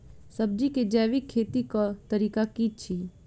सब्जी केँ जैविक खेती कऽ तरीका की अछि?